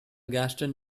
gaston